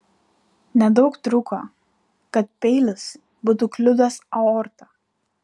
nedaug trūko kad peilis būtų kliudęs aortą